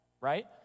right